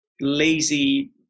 lazy